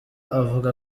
avuga